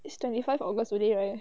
is twenty five august already eh